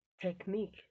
technique